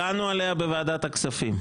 דנו עליה בוועדת הכספים,